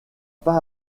pas